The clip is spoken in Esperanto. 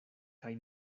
kaj